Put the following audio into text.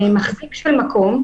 מחזיק של מקום,